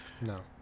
No